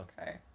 okay